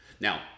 Now